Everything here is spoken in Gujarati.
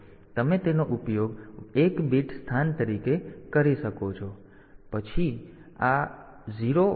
તેથી તમે તેનો ઉપયોગ 1 બીટ સ્થાન તરીકે કરી શકો છો